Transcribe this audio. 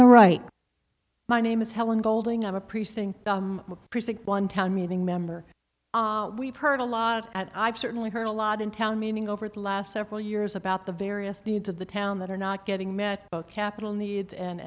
the right my name is helen golding i'm a precinct by precinct one town meeting member we've heard a lot and i've certainly heard a lot in town meaning over the last several years about the various needs of the town that are not getting met capital needs and